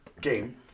game